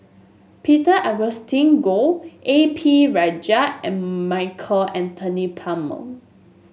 Peter Augustine Goh A P Rajah and Michael Anthony Palmer